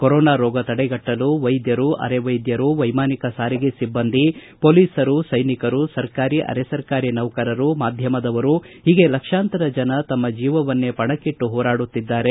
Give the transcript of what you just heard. corona ರೋಗ ತಡೆಗಟ್ಟಲು ವೈದ್ಯರು ಆರೆವೈದ್ವರು ವೈಮಾನಿಕ ಸಾರಿಗೆ ಸಿಬ್ಬಂದಿ ಪೊಲೀಸರು ಸೈನಿಕರು ಸರ್ಕಾರಿ ಅರೆಸರ್ಕಾರಿ ನೌಕರರು ಮಾಧ್ಯಮದವರು ಹೀಗೆ ಲಕ್ಷಾಂತರ ಜನ ತಮ್ಮ ಜೀವವನ್ನೇ ಪಣಕ್ಕಿಟ್ಟು ಹೋರಾಡುತ್ತಿದ್ದಾರೆ